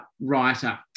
Writer